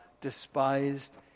despised